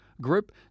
group